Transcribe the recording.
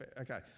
okay